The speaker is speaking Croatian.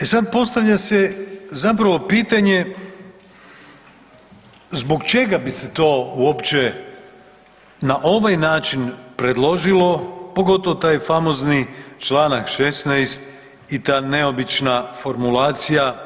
E sad, postavlja se zapravo pitanje zbog čega bi se to uopće na ovaj način predložilo, pogotovo taj famozni čl. 16 i ta neobična formulacija